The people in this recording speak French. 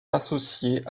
associés